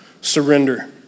surrender